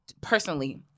personally